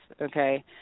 Okay